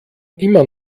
immer